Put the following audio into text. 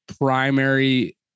primary